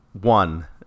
one